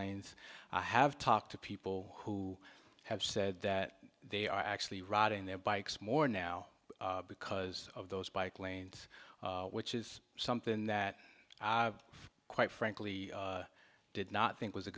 lanes i have talked to people who have said that they are actually riding their bikes more now because of those bike lanes which is something that quite frankly did not think was a